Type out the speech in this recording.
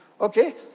okay